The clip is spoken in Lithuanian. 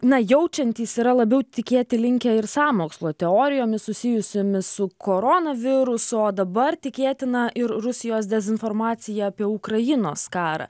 na jaučiantys yra labiau tikėti linkę ir sąmokslo teorijomis susijusiomis su korona viruso o dabar tikėtina ir rusijos dezinformacija apie ukrainos karą